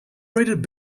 rated